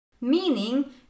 Meaning